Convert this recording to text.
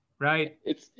Right